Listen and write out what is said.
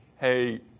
hey